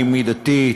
היא מידתית,